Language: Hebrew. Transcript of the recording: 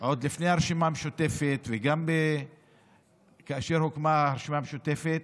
עוד לפני הרשימה המשותפת וגם כאשר הוקמה הרשימה המשותפת,